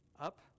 up